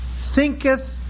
thinketh